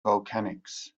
volcanics